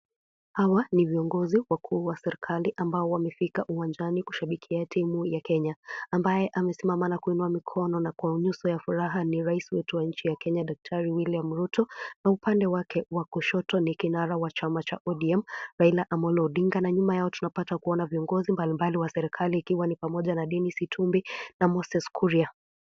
Hawa ni viongozi wakuu wa serikali ambao wamefika uwanjani kushabikia timu ya Kenya. Ambaye amesimama na kuinua mikono na kuwa nyuso ya furaha ni rais wetu wa nchi ya Kenya Daktari William Ruto na upande wake wa kushoto ni kinara wa chama cha ODM Raila Amollo Odinga na nyuma yao tunapata kuona viongozi mbalimbali wa serikali ikiwa ni pamoja na Denis Itumbi na Moses Kuria.